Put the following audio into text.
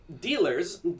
dealers